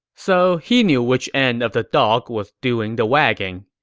so he knew which end of the dog was doing the wagging.